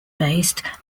based